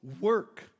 work